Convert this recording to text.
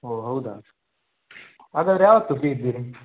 ಓ ಹೌದಾ ಹಾಗಾದ್ರೆ ಯಾವತ್ತು ಫ್ರೀ ಇದ್ದೀರಿ